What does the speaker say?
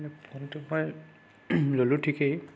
ফোনটো মই ল'লো ঠিকেই